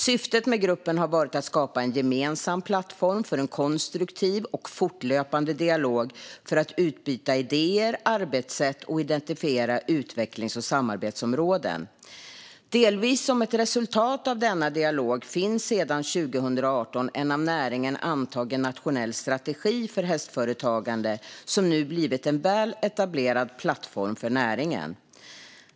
Syftet med gruppen har varit att skapa en gemensam plattform för en konstruktiv och fortlöpande dialog för att utbyta idéer och arbetssätt och identifiera utvecklings och samarbetsområden. Delvis som ett resultat av denna dialog finns sedan 2018 en av näringen antagen nationell strategi för hästföretagande som nu blivit en väl etablerad plattform för näringen.